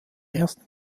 ersten